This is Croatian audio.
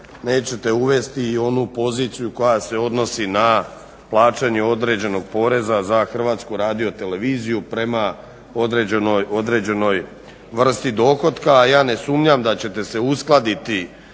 nećete uvesti i onu poziciju koja se odnosi na plaćanje određenog poreza za HRT prema određenoj vrsti dohotka. A ja ne sumnjam da ćete se uskladiti